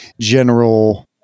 general